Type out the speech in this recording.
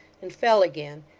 and fell again,